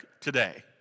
today